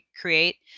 create